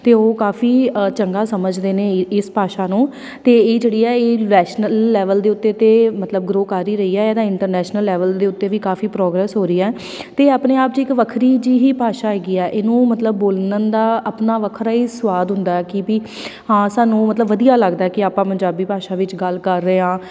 ਅਤੇ ਉਹ ਕਾਫ਼ੀ ਚੰਗਾ ਸਮਝਦੇ ਨੇ ਇ ਇਸ ਭਾਸ਼ਾ ਨੂੰ ਅਤੇ ਇਹ ਜਿਹੜੀ ਆ ਇਹ ਨੈਸ਼ਨਲ ਲੈਵਲ ਦੇ ਉੱਤੇ ਤਾਂ ਮਤਲਬ ਗਰੋਅ ਕਰ ਹੀ ਰਹੀ ਹੈ ਇਹਦਾ ਇੰਟਰਨੈਸ਼ਨਲ ਲੈਵਲ ਦੇ ਉੱਤੇ ਵੀ ਕਾਫ਼ੀ ਪ੍ਰੋਗਰੈੱਸ ਹੋ ਰਹੀ ਹੈ ਅਤੇ ਆਪਣੇ ਆਪ 'ਚ ਇੱਕ ਵੱਖਰੀ ਜੀ ਹੀ ਭਾਸ਼ਾ ਹੈਗੀ ਆ ਇਹਨੂੰ ਮਤਲਬ ਬੋਲਣ ਦਾ ਆਪਣਾ ਵੱਖਰਾ ਹੀ ਸਵਾਦ ਹੁੰਦਾ ਕਿ ਵੀ ਹਾਂ ਸਾਨੂੰ ਮਤਲਬ ਵਧੀਆ ਲੱਗਦਾ ਕਿ ਆਪਾਂ ਪੰਜਾਬੀ ਭਾਸ਼ਾ ਵਿੱਚ ਗੱਲ ਕਰ ਰਹੇ ਹਾਂ